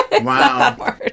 Wow